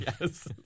Yes